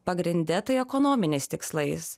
pagrinde tai ekonominiais tikslais